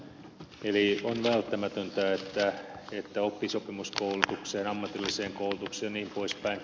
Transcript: eli on välttämätöntä että oppisopimuskoulutukseen ammatilliseen koulutukseen jnp